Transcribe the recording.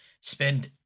spend